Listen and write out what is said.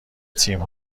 تیم